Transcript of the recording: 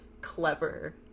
clever